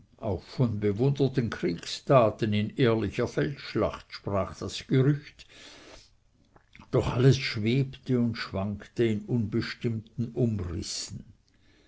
auch von bewunderten kriegstaten in ehrlicher feldschlacht sprach das gerücht doch alles schwebte und schwankte in unbestimmten umrissen